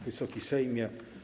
Wysoki Sejmie!